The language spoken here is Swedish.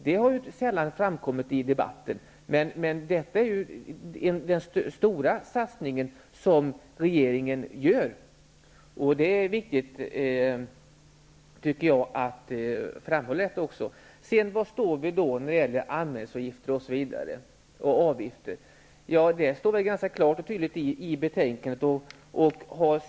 Det har sällan framkommit i debatten, men detta är den stora satsning som regeringen gör. Jag tycker att det är viktigt att framhålla detta. Var står vi när det gäller anmälningsavgifter och andra avgifter? Det framgår ganska klart och tydligt av betänkandet.